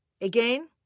Again